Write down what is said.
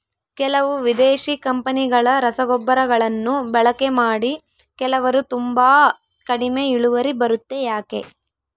ಕೆಲವು ವಿದೇಶಿ ಕಂಪನಿಗಳ ರಸಗೊಬ್ಬರಗಳನ್ನು ಬಳಕೆ ಮಾಡಿ ಕೆಲವರು ತುಂಬಾ ಕಡಿಮೆ ಇಳುವರಿ ಬರುತ್ತೆ ಯಾಕೆ?